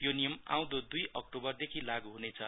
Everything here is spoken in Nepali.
यो नियम आउँदो दुई अक्टोबरदेखि लागूल हुनेछ